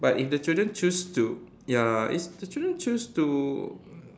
but if the children choose to ya if the children choose to